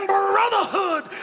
brotherhood